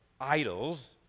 idols